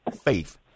faith